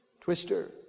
Twister